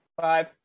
Five